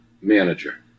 manager